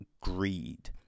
Greed